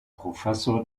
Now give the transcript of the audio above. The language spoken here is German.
professor